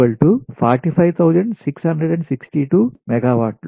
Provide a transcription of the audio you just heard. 662 మెగావాట్ల సరే